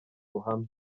ruhame